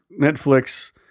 Netflix